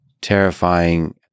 terrifying